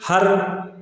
हर